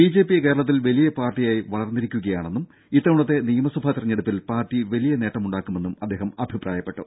B J P കേരളത്തിൽ വലിയ പാർട്ടിയായി വളർന്നിരി ക്കുകയാണെന്നും ഇത്തവണത്തെ നിയമസഭാ തെരഞ്ഞെടുപ്പിൽ പാർട്ടി വലിയ നേട്ടം ഉണ്ടാക്കുമെന്നും അദ്ദേഹം അഭിപ്രായപ്പെട്ടു